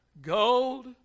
gold